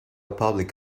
public